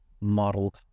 model